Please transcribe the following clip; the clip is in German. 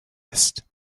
ist